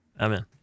Amen